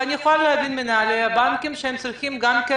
ואני יכולה להבין מנהלי בנקים שהם צריכים גם כן